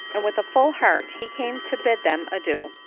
and with a full heart he came to bid them adieu.